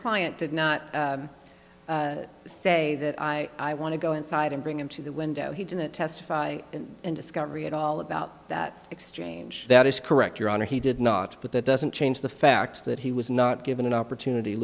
client did not say that i i want to go inside and bring him to the window he didn't testify in discovery at all about that exchange that is correct your honor he did not but that doesn't change the fact that he was not given an opportunity